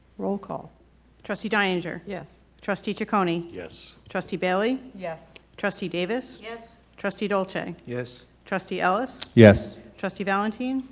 roll-call trustee deininger? yes trustee ciccone? yes. trustee bailey? yes. trustee davis? yes. trustee dolce? yes. trustee ellis? yes. trustee valentin?